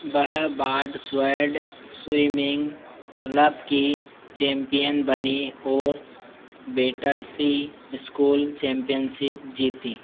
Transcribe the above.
वह बार्ड स्वैर्ड स्विमिन्ग क्लब की चैम्पियन बनीं और बैटरसी इस्कूल चैम्पियनशिप जीतीं